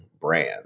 brand